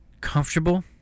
comfortable